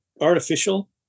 artificial